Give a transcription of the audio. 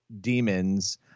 demons